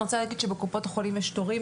אני רוצה להגיד שבקופות החולים יש תורים.